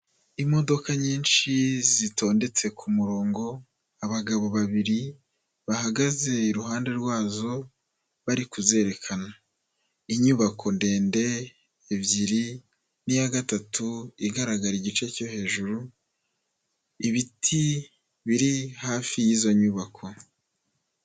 Imodoka nyinshi zitondetse ku murongo, abagabo babiri bahagaze iruhande rwazo, bari kuzerekana. Inyubako ndende ebyiri n'iya gatatu igaragara igice cyo hejuru, ibiti biri hafi y'izo nyubako.